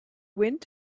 wind